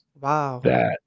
Wow